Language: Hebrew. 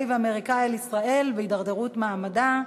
ואמריקני על ישראל והידרדרות מעמדה,